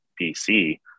BC